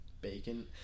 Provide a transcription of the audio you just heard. Bacon